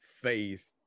faith